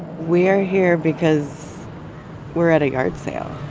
we're here because we're at a yard sale